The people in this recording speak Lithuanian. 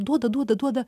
duoda duoda duoda